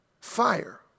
fire